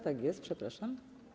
Tak jest, przepraszam.